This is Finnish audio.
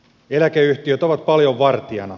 eläkeyhtiöt ovat paljon vartijana